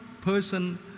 person